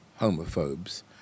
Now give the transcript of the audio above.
homophobes